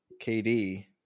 KD